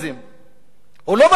הוא לא בא לטפל בחיבור חשמל